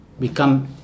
become